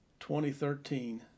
2013